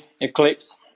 Eclipse